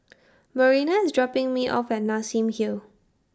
Marina IS dropping Me off At Nassim Hill